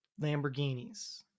Lamborghinis